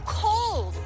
cold